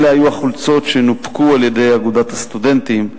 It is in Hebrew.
אלה היו החולצות שנופקו על-ידי אגודת הסטודנטים,